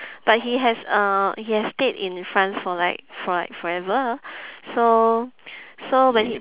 but he has uh he has stayed in france for like for like forever so so when he